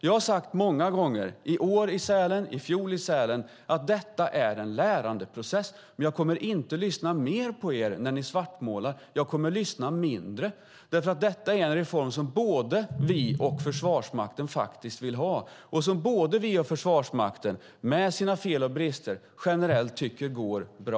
Jag har sagt många gånger - i år i Sälen, i fjol i Sälen - att detta är en lärandeprocess. Jag kommer inte att lyssna mer på er när ni svartmålar; jag kommer att lyssna mindre. Detta är en reform som både vi och Försvarsmakten vill ha och som både vi och Försvarsmakten generellt tycker går bra.